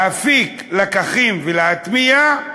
להפיק לקחים ולהטמיע,